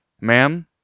ma'am